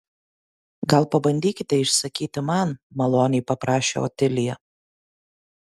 gal pabandykite išsakyti man maloniai paprašė otilija